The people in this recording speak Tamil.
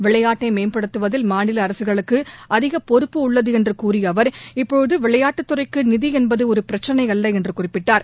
விளையாட்டை மேம்படுத்துவதில் மாநில அரசுகளுக்கு அதிக பொறுப்பு உள்ளது என்று கூறிய அவர் இப்போது விளையாட்டுத்துறைக்கு நிதி என்பது ஒரு பிரச்னை அல்ல என்று குறிப்பிட்டார்